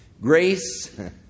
Grace